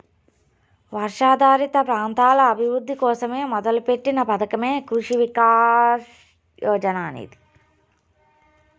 వర్షాధారిత ప్రాంతాల అభివృద్ధి కోసం మొదలుపెట్టిన పథకమే కృషి వికాస్ యోజన అనేది